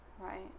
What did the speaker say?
Right